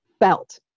felt